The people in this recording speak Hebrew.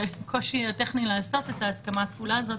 הקושי הטכני לאסוף את ההסכמה הכפולה הזו,